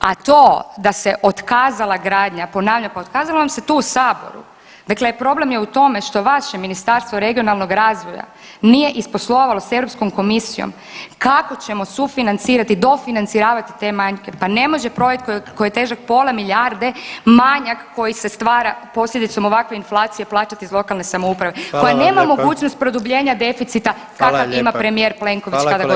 A to da se otkazala gradnja, ponavljam, pa otkazala vam se tu u saboru, dakle problem je u tome što vaše Ministarstvo regionalnog razvoja nije isposlovalo s Europskom komisijom kako ćemo sufinancirati, dofinanciravati te manjke, pa ne može projekt koji je težak pola milijarde manjak koji se stvara posljedicom ovakve inflacije plaćati iz lokalne samouprave koja nema mogućnost produbljenja deficita kakav ima premijer Plenković kada god zatreba.